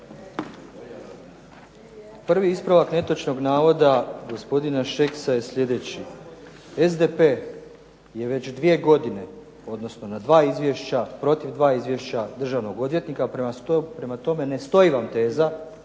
Prvi ispravak netočnog navoda gospodina Šeksa je sljedeći, SDP je već dvije godine protiv dva izvješća državnog odvjetnika. Prema tome, ne stoji vam teza